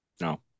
no